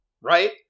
right